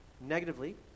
negatively